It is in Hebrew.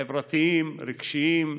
חברתיים, רגשיים,